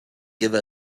give